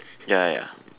ya ya ya